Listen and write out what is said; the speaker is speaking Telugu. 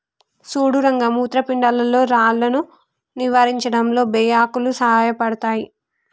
సుడు రంగ మూత్రపిండాల్లో రాళ్లను నివారించడంలో బే ఆకులు సాయపడతాయి